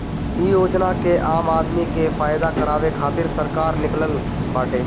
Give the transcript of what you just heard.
इ योजना के आम आदमी के फायदा करावे खातिर सरकार निकलले बाटे